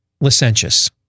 licentious